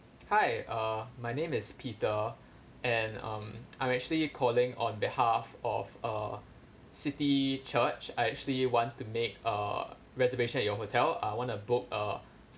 hi uh my name is peter and um I'm actually calling on behalf of uh city church I actually want to make uh reservation at your hotel I want to book uh